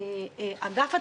מאגף התקציבים,